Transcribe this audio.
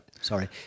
Sorry